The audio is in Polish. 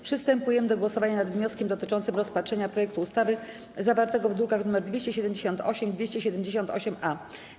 Przystępujemy do głosowania nad wnioskiem dotyczącym rozpatrzenia projektu ustawy zawartego w drukach nr 278 i 278-A.